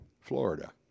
Florida